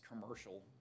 commercial